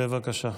בבקשה.